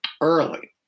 early